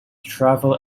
travel